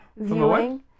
viewing